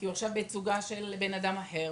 כי עכשיו הוא בתצוגה של בן אדם אחר.